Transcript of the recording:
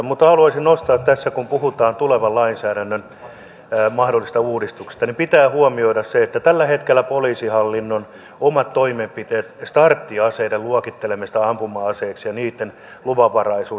mutta haluaisin nostaa tässä kun puhutaan tulevan lainsäädännön mahdollisesta uudistuksesta että pitää huomioida tällä hetkellä poliisihallinnon omat toimenpiteet starttiaseiden luokittelemisesta ampuma aseeksi ja niitten luvanvaraisuus